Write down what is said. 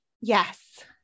Yes